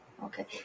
Okay